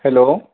hello